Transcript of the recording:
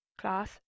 Class